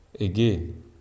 again